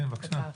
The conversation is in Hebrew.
כן, בבקשה.